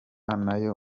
n’ayo